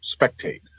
spectate